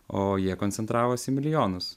o jie koncentravosi į milijonus